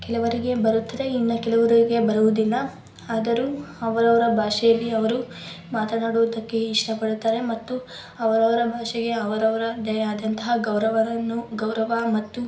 ಕೆಲುವರಿಗೆ ಬರುತ್ತದೆ ಇನ್ನು ಕೆಲವ್ರಿಗೆ ಬರುವುದಿಲ್ಲ ಆದರೂ ಅವರವರ ಭಾಷೆಯಲ್ಲಿ ಅವರು ಮಾತನಾಡುವುದಕ್ಕೆ ಇಷ್ಟ ಪಡುತ್ತಾರೆ ಮತ್ತು ಅವರವರ ಭಾಷೆಗೆ ಅವರವರದೇ ಆದಂತಹ ಗೌರವವನ್ನು ಗೌರವ ಮತ್ತು